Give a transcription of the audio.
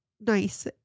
nice